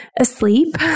asleep